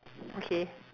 okay